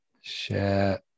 Share